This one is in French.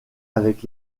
avec